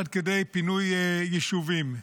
עד כדי פינוי יישובים.